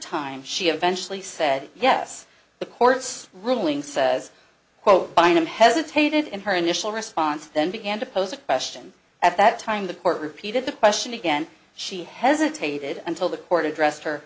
time she eventually said yes the court's ruling says quote fine and hesitated in her initial response then began to pose a question at that time the court repeated the question again she hesitated until the court addressed her